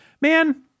Man